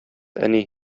әни